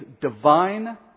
divine